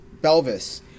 Belvis